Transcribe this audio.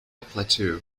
plateau